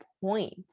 point